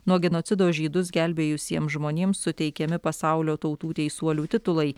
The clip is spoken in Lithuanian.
nuo genocido žydus gelbėjusiems žmonėms suteikiami pasaulio tautų teisuolių titulai